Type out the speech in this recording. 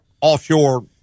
offshore